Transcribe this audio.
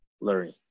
learning